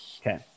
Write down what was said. Okay